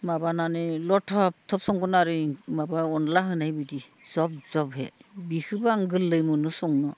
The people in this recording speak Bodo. माबानानै लथबथब संगोन आरो माबा अनद्ला होनाय बिदि जब जबहै बिखौबो आं गोरलै मोनो संनो